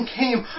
came